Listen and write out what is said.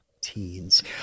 teens